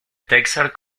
texas